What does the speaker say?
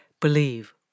believe